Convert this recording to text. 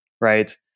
right